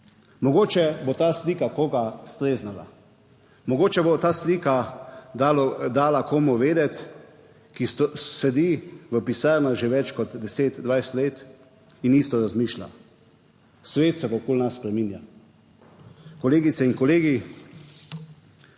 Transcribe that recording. Mogoče bo ta slika koga streznila, mogoče bo ta slika dala komu vedeti, ki sedi v pisarnah že več kot 10, 20 let in isto razmišlja, svet se pa okoli nas spreminja. Kolegice in kolegi,